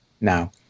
now